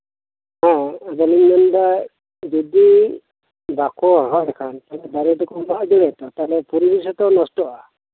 ᱦᱮᱸ ᱟᱫᱚᱞᱚᱤᱧ ᱢᱮᱱᱫᱟ ᱡᱚᱫᱤ ᱵᱟᱠᱩ ᱦᱚᱨᱦᱚᱞᱮᱠᱷᱟᱱ ᱫᱟᱨᱤ ᱫᱚᱠᱚ ᱢᱟᱜ ᱤᱫᱤᱭᱟᱛᱚ ᱛᱟᱦᱚᱞᱮ ᱯᱚᱨᱤᱵᱮᱥ ᱦᱚᱛᱚ ᱱᱚᱥᱴᱚᱜ ᱟ